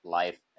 life